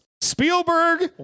Spielberg